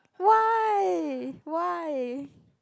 why why